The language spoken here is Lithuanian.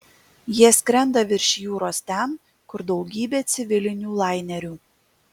jie skrenda virš jūros ten kur daugybė civilinių lainerių